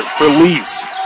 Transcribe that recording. Release